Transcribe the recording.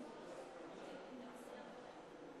הודעה למזכירת הכנסת.